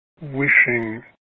wishing